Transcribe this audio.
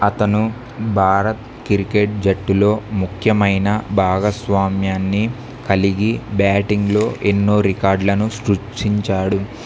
అతను భారత్ క్రికెట్ జట్టులో ముఖ్యమైన భాగస్వామ్యాన్ని కలిగి బ్యాటింగ్లో ఎన్నో రికార్డులను సృష్టించాడు